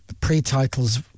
pre-titles